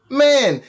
man